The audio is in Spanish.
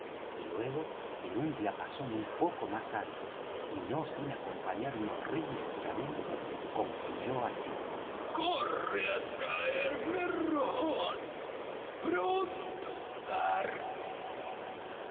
y luego en un diapasón un poco más alto y no sin acompañar un horrible juramento concluyó así corre á traerme rom pronto